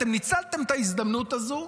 אתם ניצלתם את ההזדמנות הזו,